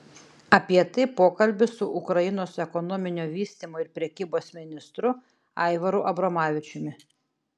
apie tai pokalbis su ukrainos ekonominio vystymo ir prekybos ministru aivaru abromavičiumi